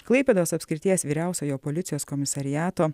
klaipėdos apskrities vyriausiojo policijos komisariato